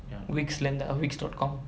wix lah இந்து:inthu wix dot com